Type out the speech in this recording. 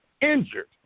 Injured